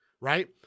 right